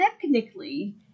technically